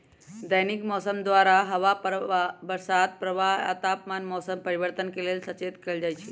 दैनिक मौसम द्वारा हवा बसात प्रवाह आ तापमान मौसम परिवर्तन के लेल सचेत कएल जाइत हइ